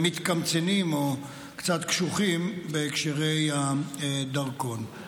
מתקמצנים, או קצת קשוחים, בהקשרי הדרכון.